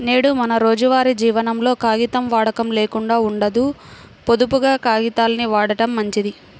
నేడు మన రోజువారీ జీవనంలో కాగితం వాడకం లేకుండా ఉండదు, పొదుపుగా కాగితాల్ని వాడటం మంచిది